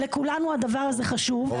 ולכולנו הדבר הזה חשוב,